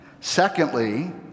Secondly